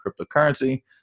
cryptocurrency